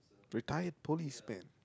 retired policeman